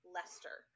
Lester